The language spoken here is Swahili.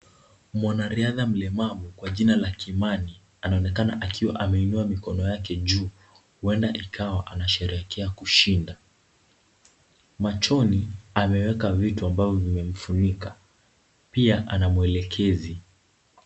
Mwanariadha mlemavu kwa jina la Kimani, anaonekana akiwa ameinua mikono yake juu, huenda ikawa anasherehekea kushinda, machoni, ameweka vitu ambavyo vimemfunika, pia ana mwelekezi.